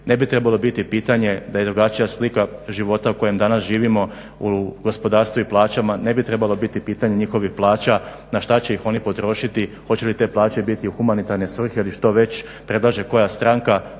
Ne bi trebalo biti pitanje da je drugačija slika života u kojem danas živimo u gospodarstvu i plaćama, ne bi trebalo biti pitanje njihovih plaća, na šta će ih oni potrošiti, hoće li te plaće biti u humanitarne svrhe ili što već predlaže koja stranke,